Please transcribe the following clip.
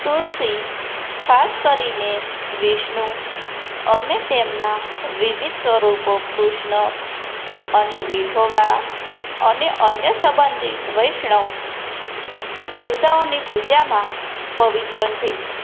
તુલસી ખાસ કરીને વિષ્ણુ અને તેમના વિવિધ સ્વરૂપો કૃષ્ણ અને વિઠોબા અને અન્ય સંબંધિત વૈષ્ણવ દેવતાઓની પૂજામાં પવિત્ર છે